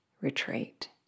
retreat